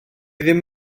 ddim